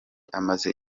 amaze